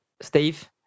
Steve